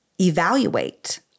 evaluate